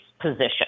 position